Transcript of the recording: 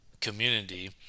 community